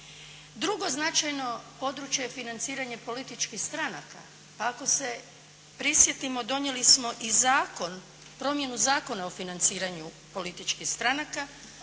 Drugo značajno područje je financiranje političkih stranaka. Ako se prisjetimo donijeli smo i zakon, promjenu Zakona o financiranju političkih stranaka,